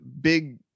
big